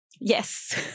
Yes